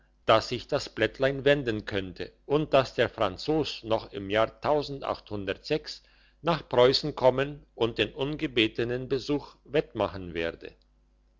dass sich das blättlein wenden könnte und dass der franzos noch im jahr nach preussen kommen und den ungebetenen besuch wettmachen werde